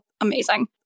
amazing